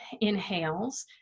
inhales